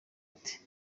ati